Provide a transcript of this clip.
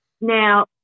Now